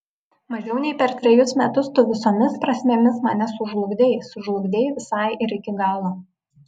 mažiau nei per trejus metus tu visomis prasmėmis mane sužlugdei sužlugdei visai ir iki galo